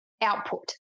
output